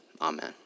amen